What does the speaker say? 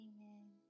Amen